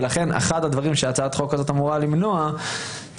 ולכן אחד הדברים שהצעת החוק הזאת אמורה למנוע זה